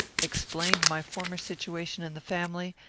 explained my former situation in the family,